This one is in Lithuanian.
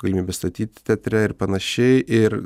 galimybės statyti teatre ir panašiai ir